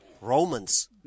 Romans